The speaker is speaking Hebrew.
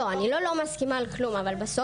לא, אני לא לא מסכימה על כלום, אבל בסוף,